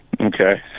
Okay